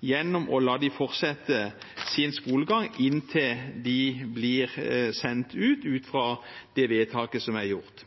ved å la dem fortsette skolegangen inntil de blir sendt ut, ut fra det vedtaket som er gjort.